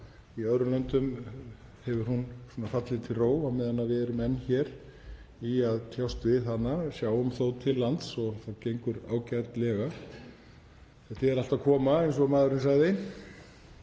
Í öðrum löndum hefur hún fallið í ró á meðan við erum enn að kljást við hana hér en við sjáum þó til lands og það gengur ágætlega. Þetta er allt að koma, eins og maðurinn sagði.